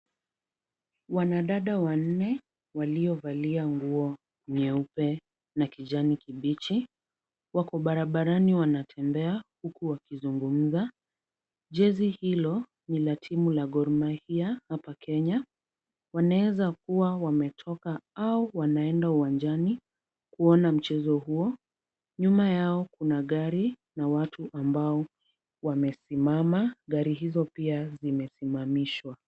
Wanadada wanne waliovalia nguo nyeupe na kijani kibichi, wako barabarani wanatembea huku wakizungumza. Jezi hilo ni la timu ya Gor Mahia hapa Kenya. Wanaeeza kuwa wametoka au wanaenda uwanjani, kuona mchezo huo. Nyuma yao kuna gari na watu ambao wamesimama. Gari hizo pia zimesimamishwa.